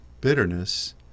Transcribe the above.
bitterness